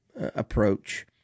approach